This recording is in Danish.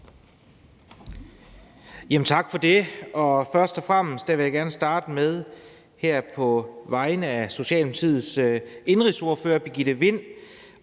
Tak for det. Først og fremmest vil jeg gerne starte med her på vegne af Socialdemokratiets indenrigsordfører, fru Birgitte Vind,